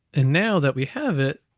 and now that we have it,